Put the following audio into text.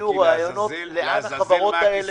תביאו רעיונות לאן החברות האלה --- מיקי,